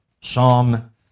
Psalm